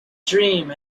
dream